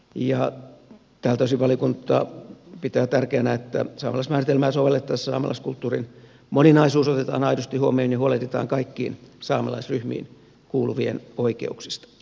tältä osin valiokunta pitää tärkeänä että saamelaismääritelmää sovellettaessa saamelaiskulttuurin moninaisuus otetaan aidosti huomioon ja huolehditaan kaikkiin saamelaisryhmiin kuuluvien oikeuksista